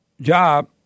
job